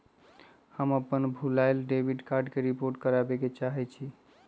हम अपन भूलायल डेबिट कार्ड के रिपोर्ट करावे के चाहई छी